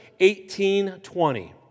18.20